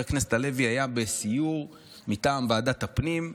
הכנסת הלוי היה בסיור מטעם ועדת הפנים.